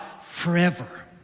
forever